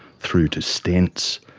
through to stents.